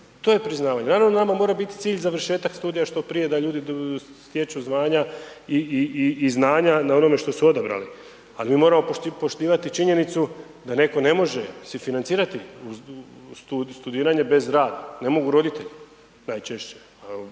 to je priznavanje. Naravno nama mora biti cilj završetak studija što prije da ljudi stječu znanja na onome što su odabrali, ali mi moramo poštivati činjenicu da si neko ne može financirati studiranje bez rada, ne mogu roditelji najčešće,